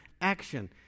action